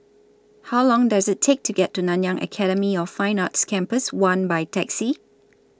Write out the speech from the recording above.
How Long Does IT Take to get to Nanyang Academy of Fine Arts Campus one By Taxi